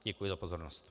Děkuji za pozornost.